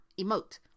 emote